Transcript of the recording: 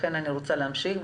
לכן אני מבקשת להמשיך.